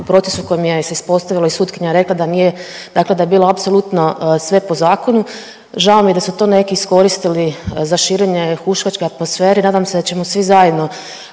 u procesu kojim se je ispostavilo i sutkinja rekla nije, dakle da je bilo apsolutno sve po zakonu. Žao mi je da su to neki iskoristili za širenje huškačke atmosfere i nadam se da ćemo svi zajedno